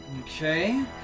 Okay